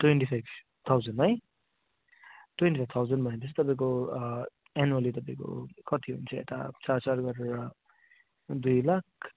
twenty six thousand है twenty five thousand भनेपछि तपाईँको एनुवल्ली तपाईँको कति हुन्छ यता चार चार गरेर दुई लाख